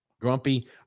grumpy